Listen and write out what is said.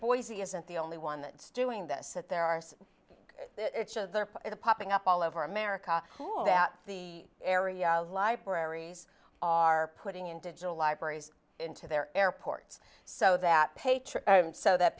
boise isn't the only one that's doing this at their arse they're popping up all over america that the area libraries are putting in digital libraries into their airports so that so that